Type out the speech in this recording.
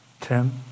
Tim